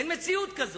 אין מציאות כזו.